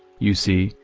you see,